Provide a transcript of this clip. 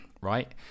right